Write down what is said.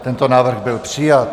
Tento návrh byl přijat.